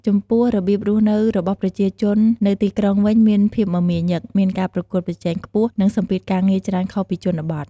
ចំពោះរបៀបរស់នៅរបស់ប្រជាជននៅទីក្រុងវិញមានភាពមមាញឹក មានការប្រកួតប្រជែងខ្ពស់ និងសម្ពាធការងារច្រើនខុសពីជនបទ។